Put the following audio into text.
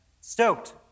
stoked